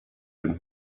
wiem